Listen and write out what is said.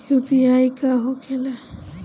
UPI का होखेला?